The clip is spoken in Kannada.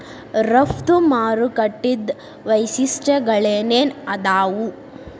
ರಫ್ತು ಮಾರುಕಟ್ಟಿದ್ ವೈಶಿಷ್ಟ್ಯಗಳೇನೇನ್ ಆದಾವು?